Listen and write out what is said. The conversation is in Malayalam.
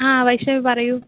ആ വൈഷ്ണവി പറയു